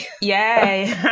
Yay